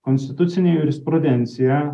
konstitucinė jurisprudencija